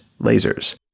lasers